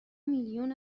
میلیون